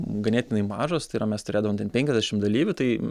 ganėtinai mažos tai yra mes turėdavom ten penkiasdešim dalyvių tai